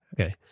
Okay